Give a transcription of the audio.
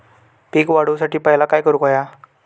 पीक वाढवुसाठी पहिला काय करूक हव्या?